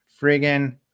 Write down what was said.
friggin